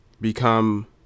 become